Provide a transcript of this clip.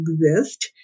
exist